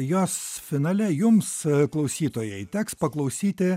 jos finale jums klausytojai teks paklausyti